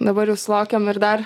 dabar jau sulaukiam ir dar